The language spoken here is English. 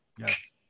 Yes